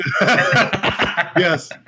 Yes